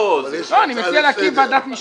אני מציע להקים ועדת משנה.